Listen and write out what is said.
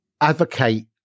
advocate